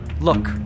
Look